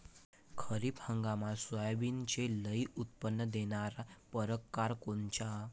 खरीप हंगामात सोयाबीनचे लई उत्पन्न देणारा परकार कोनचा?